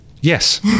Yes